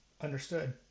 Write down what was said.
Understood